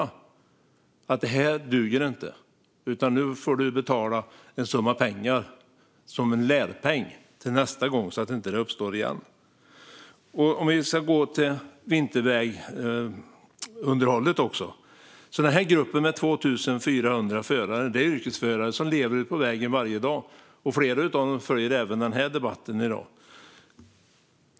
Man måste säga: Det här duger inte, utan nu får du betala en summa pengar som en lärpeng till nästa gång så att inte det här uppstår igen. Vi ska tala om vintervägunderhållet också. Gruppen med 2 400 förare är yrkesförare som lever på vägen varje dag, och flera av dem följer debatten i dag.